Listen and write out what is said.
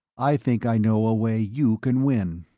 i think i know a way you can win.